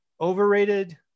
overrated